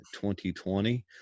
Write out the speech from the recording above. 2020